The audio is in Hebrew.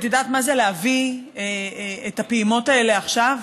את יודעת מה זה להביא את הפעימות האלה עכשיו?